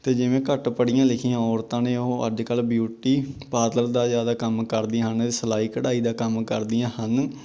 ਅਤੇ ਜਿਵੇਂ ਘੱਟ ਪੜ੍ਹੀਆਂ ਲਿਖੀਆਂ ਔਰਤਾਂ ਨੇ ਉਹ ਅੱਜ ਕੱਲ੍ਹ ਬਿਊਟੀ ਪਾਰਲਰ ਦਾ ਜ਼ਿਆਦਾ ਕੰਮ ਕਰਦੀਆਂ ਹਨ ਸਿਲਾਈ ਕਢਾਈ ਦਾ ਕੰਮ ਕਰਦੀਆਂ ਹਨ